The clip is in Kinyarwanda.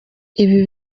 ibi